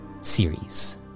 series